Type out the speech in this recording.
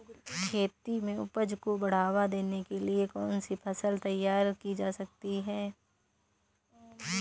खेती में उपज को बढ़ावा देने के लिए कौन सी फसल तैयार की जा सकती है?